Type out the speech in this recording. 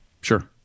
Sure